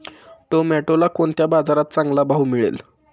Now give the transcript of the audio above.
टोमॅटोला कोणत्या बाजारात चांगला भाव मिळेल?